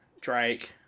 Drake